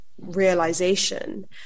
realization